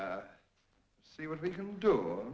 we see what we can do